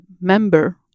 member